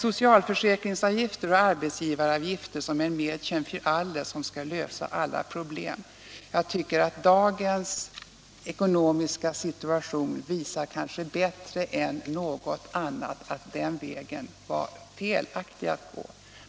Men arbetsgivaravgifter som en Mädchen fär alles, som skall lösa alla problem — nej! Dagens ekonomiska situation visar kanske bättre än något annat att det var fel väg att gå.